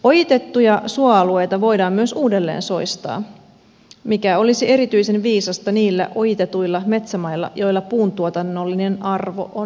ojitettuja suoalueita voidaan myös uudelleen soistaa mikä olisi erityisen viisasta niillä ojitetuilla metsämailla joilla puuntuotannollinen arvo on vähäinen